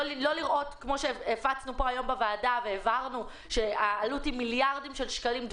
כמו שהבנו כאן בוועדה שהעלות היא מיליארדי שקלים,